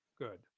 good